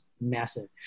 massive